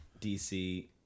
DC